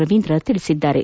ರವೀಂದ್ರ ತಿಳಿಸಿದ್ದಾರೆ